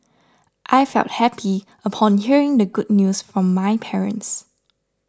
I felt happy upon hearing the good news from my parents